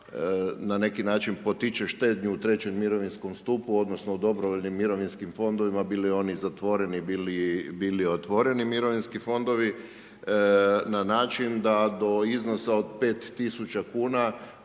na neki način potiče štednju u trećem mirovinskom stupu odnosno u dobrovoljnim mirovinskim fondovima bili oni zatvoreni, bili otvoreni mirovinski fondovi na način da do iznosa od 5000 kuna